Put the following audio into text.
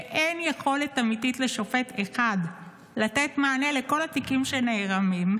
ואין לשופט אחד יכולת אמיתית לתת מענה לכל התיקים שנערמים.